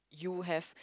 you have